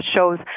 shows